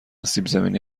سیبزمینی